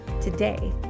Today